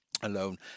Alone